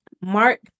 Mark